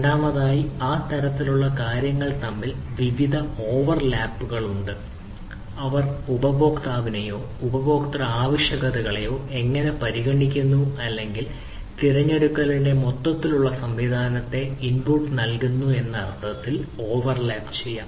രണ്ടാമതായി ആ തരത്തിലുള്ള കാര്യങ്ങൾ തമ്മിൽ നിരവധി ഓവർലാപ്പുകൾ ചെയ്യാം